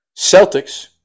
Celtics